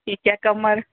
ਠੀਕ ਹੈ ਕਮਰ